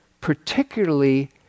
particularly